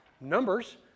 numbers